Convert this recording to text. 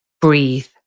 breathe